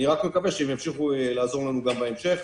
אני רק מקווה שימשיכו לעזור לנו גם בהמשך.